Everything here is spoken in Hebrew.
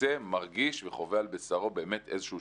בקצה מרגיש וחווה על בשרו שינוי.